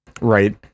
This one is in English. Right